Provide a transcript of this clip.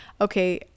okay